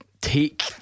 take